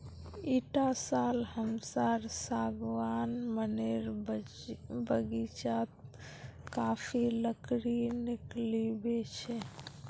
इटा साल हमसार सागवान मनेर बगीचात काफी लकड़ी निकलिबे छे